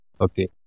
Okay